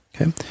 Okay